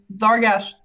Zargash